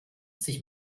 sich